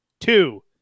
Two